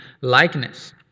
likeness